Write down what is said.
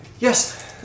Yes